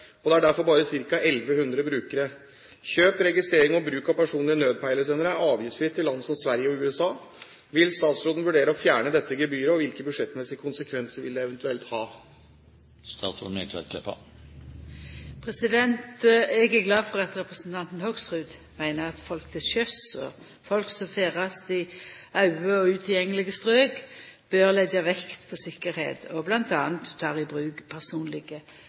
og det er derfor bare ca. 1 100 brukere. Kjøp, registrering og bruk av personlige nødpeilesendere er avgiftsfritt i land som Sverige og USA. Vil statsråden vurdere å fjerne dette gebyret, og hvilke budsjettmessige konsekvenser vil dette eventuelt ha?» Eg er glad for at representanten Hoksrud meiner at folk til sjøs og folk som ferdest i øyde og utilgjengelege strøk, bør leggja vekt på tryggleik og m.a. ta i bruk